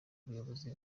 ubuyobozi